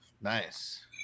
Nice